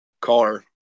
car